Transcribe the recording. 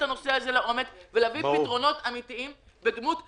הנושא הזה לעומק ולהביא פתרונות אמיתיים בדמות כסף.